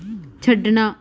ਛੱਡਣਾ